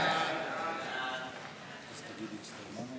סעיפים 30